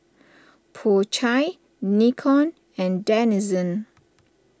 Po Chai Nikon and Denizen